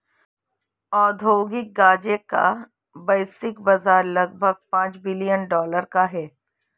औद्योगिक गांजे का वैश्विक बाजार लगभग पांच बिलियन डॉलर का है